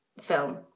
film